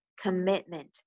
commitment